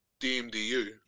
DMDU